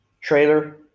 trailer